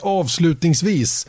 avslutningsvis